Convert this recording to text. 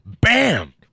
bam